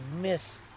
miss